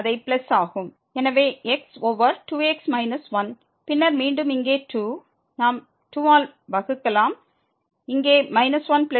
எனவே x over 2x 1 பின்னர் மீண்டும் இங்கே 2 நாம் 2 ஆல் வகுக்கலாம் இங்கே −11